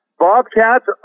bobcats